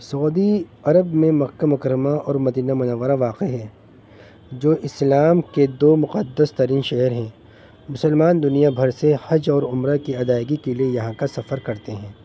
سعودی عرب میں مکہ مکرمہ اور مدینہ منورہ واقع ہے جو اسلام کے دو مقدس ترین شہر ہیں مسلمان دنیا بھر سے حج اور عمرہ کی ادائیگی کے لیے یہاں کا سفر کرتے ہیں